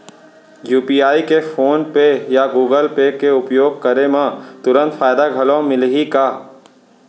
UPI के PhonePe या Google Pay के उपयोग करे म तुरंत फायदा घलो मिलही का?